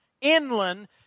inland